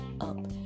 up